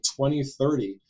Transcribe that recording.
2030